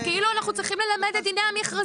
זה כאילו אנחנו צריכים ללמד כאן את דיני המכרזים.